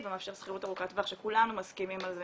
ומאפשר שכירות ארוכת טווח שכולנו מסכימים על זה